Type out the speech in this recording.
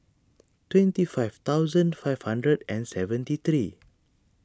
twenty five thousand five hundred and seventy three